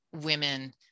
women